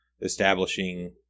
establishing